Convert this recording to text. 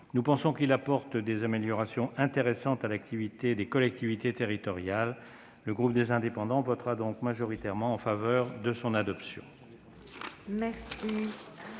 nous pensons que celui-ci apporte des améliorations intéressantes à l'activité des collectivités territoriales. Le groupe Les Indépendants votera donc majoritairement en faveur de son adoption.